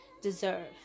deserve